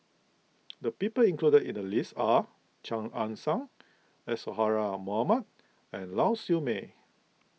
the people included in the list are Chia Ann Siang Isadhora Mohamed and Lau Siew Mei